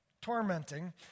tormenting